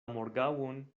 morgaŭon